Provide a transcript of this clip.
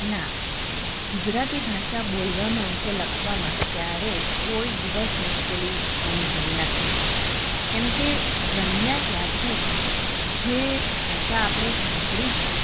ના ગુજરાતી ભાષા બોલવામાં કે લખવામાં ક્યારે કોઈ દિવસ મુશ્કેલી અનુભવી નથી કેમકે જનમ્યા ત્યારથી જ જે ભાષા આપણે સાંભળી છે